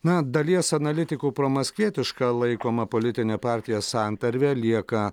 na dalies analitikų promaskvietiška laikoma politinė partija santarvė lieka